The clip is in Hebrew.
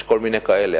יש כל מיני כאלה,